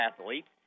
athletes